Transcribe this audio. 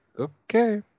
okay